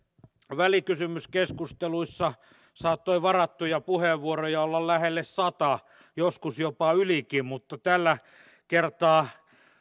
välikysymyskeskusteluissa saattoi varattuja puheenvuoroja olla lähelle sata joskus jopa ylikin mutta tällä kertaa